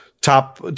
top